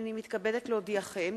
הנני מתכבדת להודיעכם,